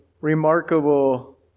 remarkable